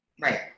Right